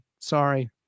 Sorry